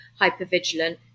hypervigilant